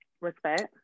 Respect